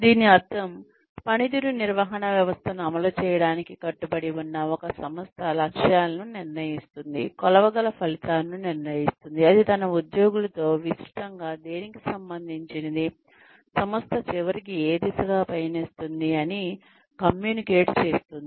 దీని అర్థం పనితీరు నిర్వహణ వ్యవస్థను అమలు చేయడానికి కట్టుబడి ఉన్న ఒక సంస్థ లక్ష్యాలను నిర్ణయిస్తుంది కొలవగల ఫలితాలను నిర్ణయిస్తుంది అది తన ఉద్యోగులతో విస్తృతంగా దేనికి సంబంధించినది సంస్థ చివరికి ఏ దిశగా పయనిస్తోంది అని కమ్యూనికేట్ చేస్తుంది